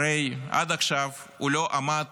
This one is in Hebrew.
הרי עד עכשיו הוא לא עמד